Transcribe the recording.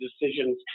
decisions